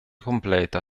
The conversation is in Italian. completa